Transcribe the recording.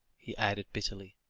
he added bitterly,